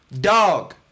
Dog